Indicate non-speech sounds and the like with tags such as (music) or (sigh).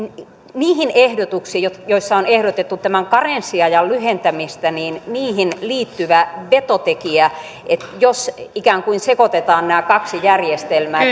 niihin ehdotuksiin joissa joissa on ehdotettu tämän karenssiajan lyhentämistä liittyvä vetotekijä jos ikään kuin sekoitetaan nämä kaksi järjestelmää (unintelligible)